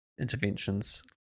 interventions